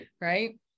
right